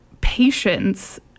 patience